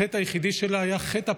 החטא היחידי שלה היה חטא הפחד,